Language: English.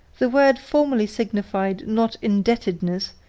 the word formerly signified not indebtedness,